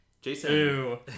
Jason